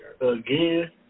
Again